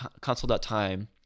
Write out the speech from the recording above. console.time